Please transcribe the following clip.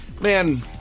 man